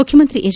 ಮುಖ್ಯಮಂತ್ರಿ ಎಚ್